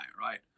right